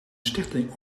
stichting